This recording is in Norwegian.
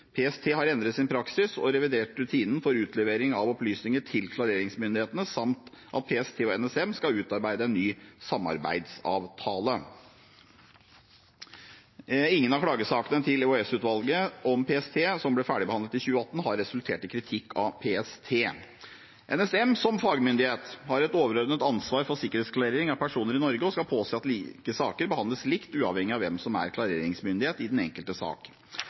PST har endret sin praksis og revidert rutinen for utlevering av opplysninger til klareringsmyndighetene, og PST og NSM skal utarbeide en ny samarbeidsavtale. Ingen av klagesakene til EOS-utvalget om PST som ble ferdigbehandlet i 2018, har resultert i kritikk av PST. NSM har som fagmyndighet et overordnet ansvar for sikkerhetsklarering av personer i Norge og skal påse at like saker behandles likt, uavhengig av hvem som er klareringsmyndighet i den enkelte sak.